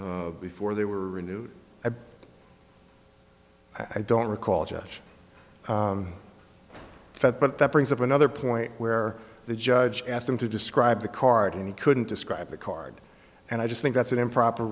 d before they were renewed i don't recall just that but that brings up another point where the judge asked him to describe the card and he couldn't describe the card and i just think that's an improper